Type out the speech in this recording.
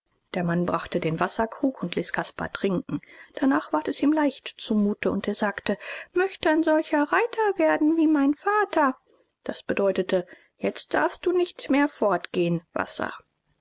der mann brachte den wasserkrug und ließ caspar trinken danach ward es ihm leicht zumute und er sagte möcht ein solcher reiter werden wie mein vater das bedeutete jetzt darfst du nicht mehr fortgehen wasser